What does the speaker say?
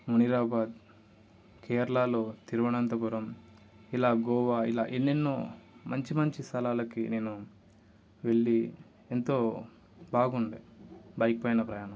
మునిరాబాద్ కేరళలో తిరువనంతపురం ఇలా గోవా ఇలా ఎన్నెన్నో మంచి మంచి స్థలాలకి నేను వెళ్ళి ఎంతో బాగుంది బైక్ పైన ప్రయాణం